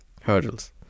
hurdles